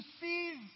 seize